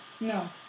No